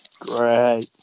Great